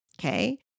okay